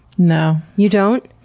no. you don't?